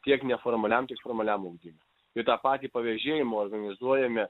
tiek neformaliam tiek formaliam ugdymui ir tą patį pavėžėjimo organizuojame